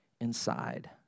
inside